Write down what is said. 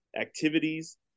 activities